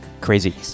crazy